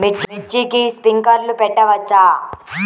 మిర్చికి స్ప్రింక్లర్లు పెట్టవచ్చా?